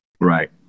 Right